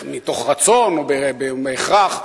מתוך רצון או הכרח,